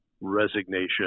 resignation